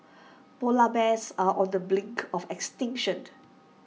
Polar Bears are on the blink of extinction